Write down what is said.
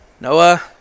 Noah